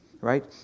right